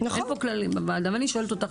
ואני שואלת אותך,